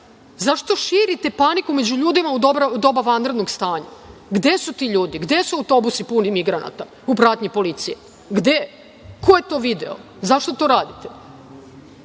Zašto širite paniku među ljudima u doba vanrednog stanja? Gde su ti ljudi? Gde su autobusi puni migranata u pratnji policije? Ko je to video? Zašto to radite?